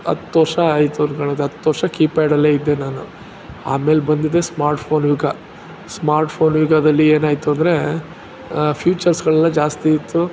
ಹತ್ತು ವರ್ಷ ಆಯಿತು ಅನ್ಕೊಂಡಿದ್ದೆ ಹತ್ತು ವರ್ಷ ಕೀಪ್ಯಾಡಲ್ಲೇ ಇದ್ದೆ ನಾನು ಆಮೇಲೆ ಬಂದಿದ್ದೇ ಸ್ಮಾರ್ಟ್ಫೋನ್ ಯುಗ ಸ್ಮಾರ್ಟ್ಫೋನ್ ಯುಗದಲ್ಲಿ ಏನಾಯಿತು ಅಂದರೆ ಫ್ಯೂಚರ್ಸ್ಗಳೆಲ್ಲ ಜಾಸ್ತಿಯಿತ್ತು